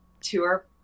tour